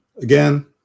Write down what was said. again